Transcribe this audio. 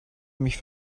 mich